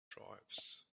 tribes